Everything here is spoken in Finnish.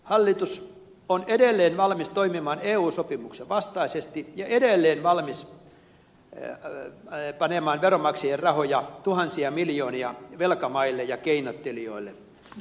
hallitus on edelleen valmis toimimaan eu sopimuksen vastaisesti ja edelleen valmis panemaan veronmaksajien rahoja tuhansia miljoonia velkamaille ja keinottelijoille